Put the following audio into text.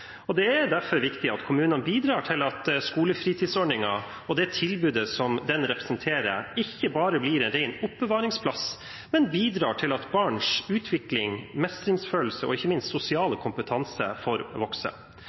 Det er derfor viktig at kommunene bidrar til at skolefritidsordningen og det tilbudet som den representerer, ikke bare blir en ren oppbevaringsplass, men bidrar til at barns utvikling, mestringsfølelse og ikke minst sosiale kompetanse får vokse.